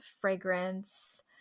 fragrance